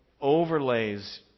overlays